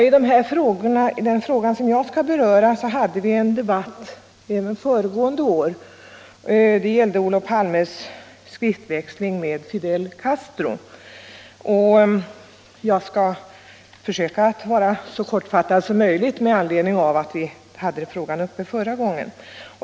I den fråga jag skall beröra hade vi en debatt även föregående vår. Den gäller Olof Palmes skriftväxling med Fidel Castro. Jag skall försöka fatta mig så kort som möjligt, eftersom vi hade frågan uppe förra året.